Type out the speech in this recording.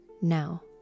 Now